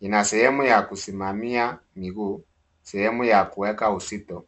Ina sehemu ya kusimamia miguu, sehemu ya kuweka uzito.